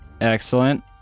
Excellent